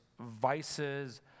vices